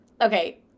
Okay